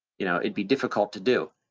you know, it'd be difficult to do.